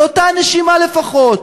באותה נשימה, לפחות